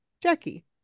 Jackie